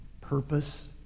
purpose